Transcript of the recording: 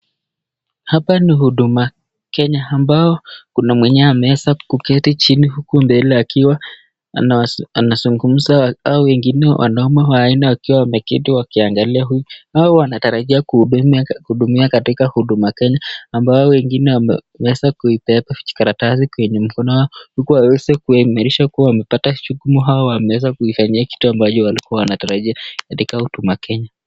Hapa ni[cs huduma kenya , ambayo kuna mwenyewe ameweza kuketi chini, huku mbele akiwa anasungumuza hawa wengine, wanaume wanne wameketi wakiangalia, hao wanatarajia kuhudumia katika huduma kenya, ambao wengine, wameweza kubeka karatasi kwenye mkono huku waweze kuamirisha wamepata jukumu wao wameweza kuwafanyia kitu ambacho walikuwa wanatarajia katika huduma kenya